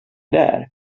där